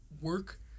work